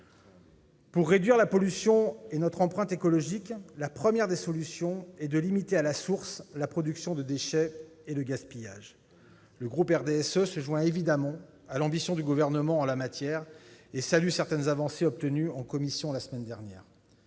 Pour réduire la pollution et notre empreinte écologique, la première des solutions est de limiter à la source la production de déchets et le gaspillage. Le groupe du RDSE se joint évidemment à l'ambition du Gouvernement en la matière et salue certaines avancées obtenues en commission la semaine dernière.